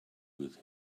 with